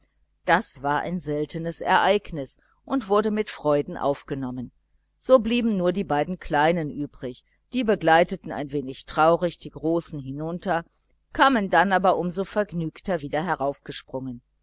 das war ein seltenes ereignis und wurde mit freude aufgenommen so blieben nur die beiden kleinen übrig die begleiteten ein wenig traurig die großen hinunter kamen dann aber um so vergnügter wieder